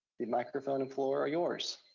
the microphone and floor are yours.